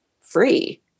free